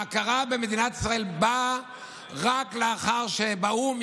ההכרה במדינת ישראל באה רק לאחר שבאו"ם